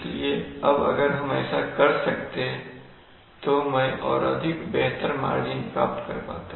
इसलिए अब अगर हम ऐसा कर सकते तो मैं और अधिक बेहतर मार्जिन प्राप्त पता